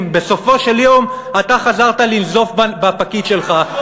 בסופו של יום אתה חזרת לנזוף בפקיד שלך.